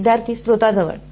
विद्यार्थीः स्त्रोता जवळ